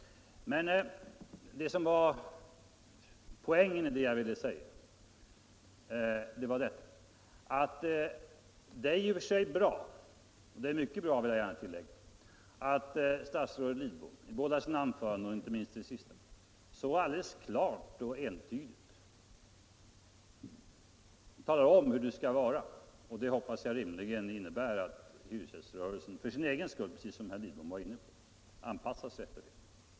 Men poängen i det jag ville säga var att det är i och för sig mycket bra att statsrådet Lidbom i båda sina anföranden — inte minst i det senaste —- så alldeles klart och entydigt talar om hur det skall vara. Och jag hoppas att hyresgäströrelsen för sin egen skull, anpassar sig efter detta.